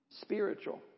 Spiritual